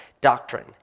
doctrine